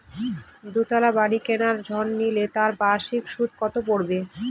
দুতলা বাড়ী কেনার ঋণ নিলে তার বার্ষিক সুদ কত পড়বে?